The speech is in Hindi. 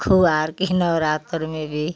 खुआर कि नवरात्रि में भी